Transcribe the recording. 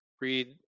Read